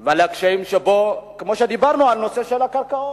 ועל הקשיים, כמו שדיברנו על נושא הקרקעות.